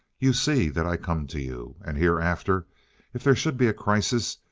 you see that i come to you. and hereafter if there should be a crisis,